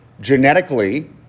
genetically